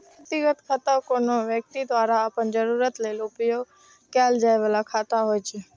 व्यक्तिगत खाता कोनो व्यक्ति द्वारा अपन जरूरत लेल उपयोग कैल जाइ बला खाता होइ छै